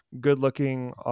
good-looking